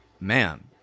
Man